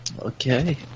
Okay